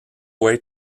way